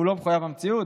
שהוא לא מחויב המציאות.